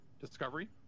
Discovery